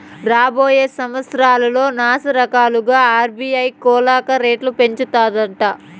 రాబోయే సంవత్సరాల్ల శానారకాలుగా ఆర్బీఐ కోలక రేట్లు పెంచతాదట